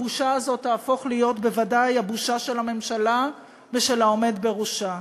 הבושה הזאת תהפוך להיות בוודאי הבושה של הממשלה ושל העומד בראשה.